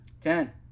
ten